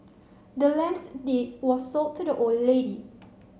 the land's deed was sold to the old lady